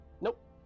Nope